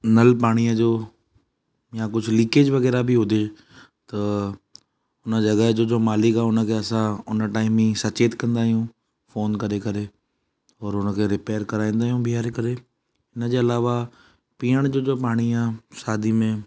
नल पाणीअ जो या कुझु लीकेज वग़ैरह बि हुजे त हुन जॻह जो जो मालिक आहे हुनखे असां हुन टाइम ई सचेत कंदा आहियूं फ़ोन करे करे ओर हुनखे रिपेयर कराईंदा आहियूं बीहारे करे हुनजे अलावा पीअण जो जो पाणी आहे सादी में